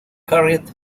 carried